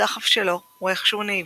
הדחף שלו הוא איכשהו נאיבי,